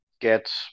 get